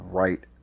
right